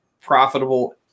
profitable